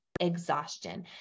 Exhaustion